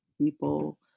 people